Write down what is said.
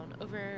over